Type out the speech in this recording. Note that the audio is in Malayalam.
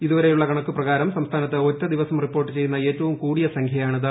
ഇതുവരെയുള്ള കണക്കു പ്രകാരം സംസ്ഥാനത്ത് ഒറ്റ ദിവസം റിപ്പോർട്ട് ചെയ്യുന്ന ഏറ്റവും കൂടിയ സംഖ്യയാണിത്